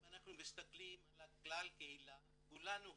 אם אנחנו מסתכלים על כלל הקהילה, כולנו הודים,